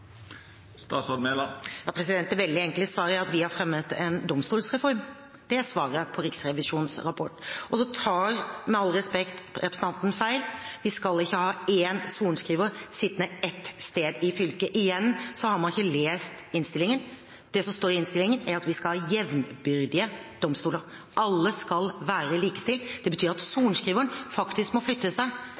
Det veldig enkle svaret er at vi har fremmet en domstolsreform, det er svaret på Riksrevisjonens rapport. Og så tar – med all respekt – representanten feil. Vi skal ikke ha én sorenskriver sittende ett sted i fylket. Igjen har man ikke lest innstillingen. Det som står i innstillingen, er at vi skal ha jevnbyrdige domstoler. Alle skal være likestilt. Det betyr at sorenskriveren faktisk må flytte seg